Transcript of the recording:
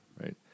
right